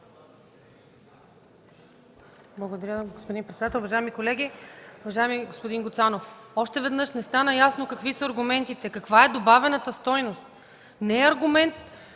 Благодаря, господин председател. Уважаеми колеги! Уважаеми господин Гуцанов, още веднъж: не стана ясно какви са аргументите, каква е добавената стойност! Не е аргумент